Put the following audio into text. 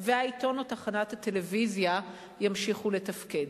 והעיתון או תחנת הטלוויזיה ימשיכו לתפקד.